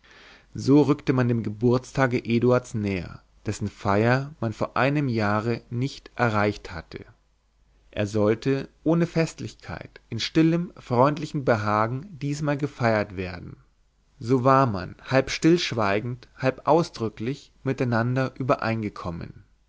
so rückte man dem geburtstage eduards näher dessen feier man vor einem jahre nicht erreicht hatte er sollte ohne festlichkeit in stillem freundlichem behagen diesmal gefeiert werden so war man halb stillschweigend halb aus drücklich miteinander übereingekommen